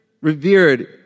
revered